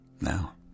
Now